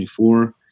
24